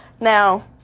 now